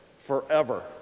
forever